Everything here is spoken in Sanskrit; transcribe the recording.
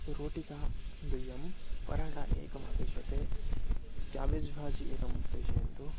रोटिका द्वयं पराण्डा एकम् अपेक्षते केबेज् भाजि एकं प्रेषयन्तु